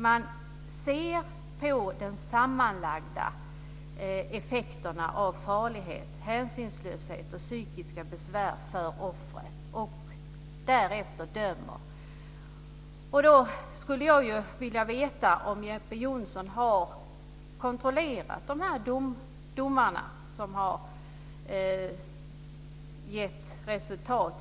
Man ser på de sammanlagda effekterna i fråga om farlighet, hänsynslöshet och psykiska besvär för offret och dömer därefter. Jag skulle vilja veta om Jeppe Johnsson har kontrollerat domarna efter